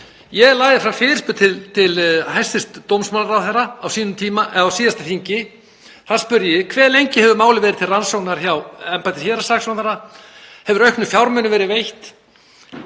Ég lagði fram fyrirspurn til hæstv. dómsmálaráðherra á síðasta þingi. Þar spurði ég: Hve lengi hefur málið verið til rannsóknar hjá embætti héraðssaksóknara? Hefur aukið fjármagn verið veitt?